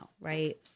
right